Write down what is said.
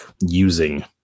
using